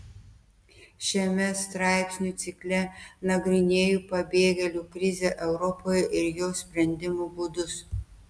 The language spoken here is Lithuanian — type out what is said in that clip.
šiame straipsnių cikle nagrinėju pabėgėlių krizę europoje ir jos sprendimo būdus